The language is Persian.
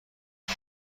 کار